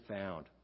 found